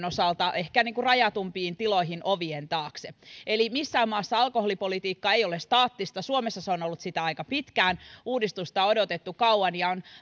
osalta ehkä rajatumpiin tiloihin ovien taakse eli missään maassa alkoholipolitiikka ei ole staattista suomessa se on ollut sitä aika pitkään uudistusta on odotettu kauan ja on